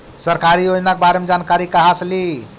सरकारी योजना के बारे मे जानकारी कहा से ली?